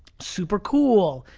super cool,